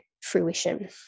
fruition